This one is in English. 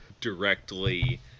directly